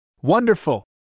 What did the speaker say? Wonderful